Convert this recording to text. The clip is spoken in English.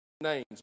names